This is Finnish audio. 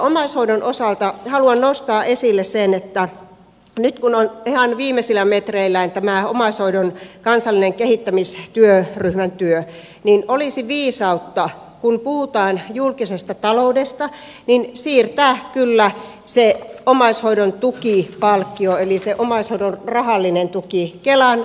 omaishoidon osalta haluan nostaa esille sen että nyt kun on ihan viimeisillä metreillään tämä omaishoidon kansallisen kehittämistyöryhmän työ niin olisi viisautta kun puhutaan julkisesta taloudesta siirtää kyllä se omaishoidon tukipalkkio eli se omaishoidon rahallinen tuki kelan vastattavaksi